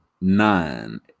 nine